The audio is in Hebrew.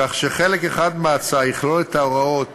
כך שחלק אחד מההצעה יכלול את ההוראות